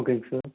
ஓகேங்க சார்